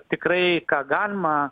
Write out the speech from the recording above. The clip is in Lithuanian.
tikrai ką galima